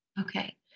Okay